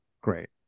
Great